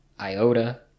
iota